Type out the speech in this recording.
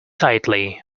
tightly